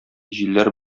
җилләр